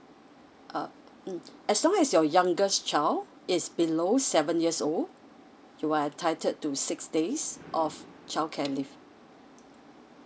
uh um as long as your youngest child is below seven years old you are entitled to six days of childcare leave